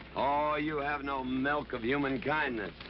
ah you have no milk of human kindness.